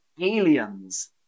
aliens